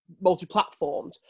multi-platformed